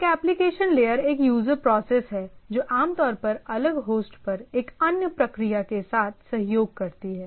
एक application layer एक user process है जो आमतौर पर अलग होस्ट पर एक अन्य प्रक्रिया के साथ सहयोग करती है